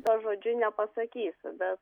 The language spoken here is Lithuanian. pažodžiui nepasakysiu bet